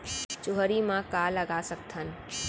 चुहरी म का लगा सकथन?